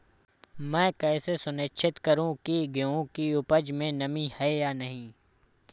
मैं कैसे सुनिश्चित करूँ की गेहूँ की उपज में नमी है या नहीं?